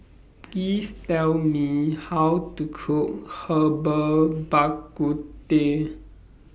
Please Tell Me How to Cook Herbal Bak Ku Teh